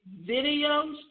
videos